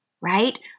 right